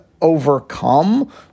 overcome